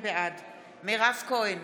בעד מירב כהן,